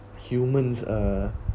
humans uh